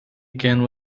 again